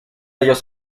ellos